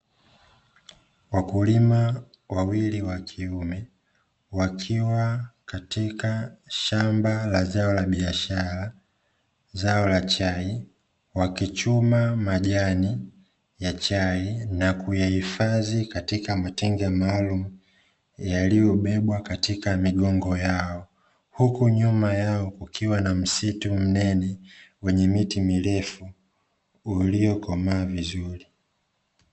Wakulima wawili wakiume wakiwa katika shamba la zao la biashara, zao la chai wakichuma majani ya chai na kuyahifadhi katika matenga maalumu yaliyobebwa katika migongo yao, huku nyuma yao kukiwa na msitu mnene wenye miti mirefu uliokomaa vizuri.